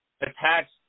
attached